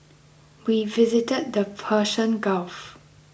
we visited the Persian Gulf